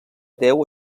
deu